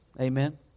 Amen